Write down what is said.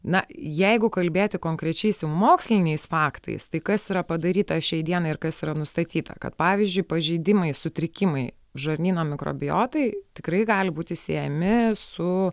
na jeigu kalbėti konkrečiais jau moksliniais faktais tai kas yra padaryta šiai dienai ir kas yra nustatyta kad pavyzdžiui pažeidimai sutrikimai žarnyno mikrobiotai tikrai gali būti siejami su